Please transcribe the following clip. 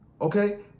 Okay